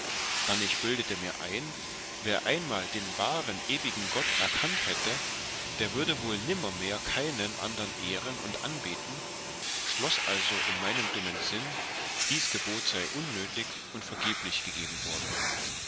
dann ich bildete mir ein wer einmal den wahren ewigen gott erkannt hätte der würde wohl nimmermehr keinen andern ehren und anbeten schloß also in meinem dummen sinn dies gebot sei unnötig und vergeblich gegeben worden